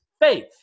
faith